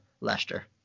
Leicester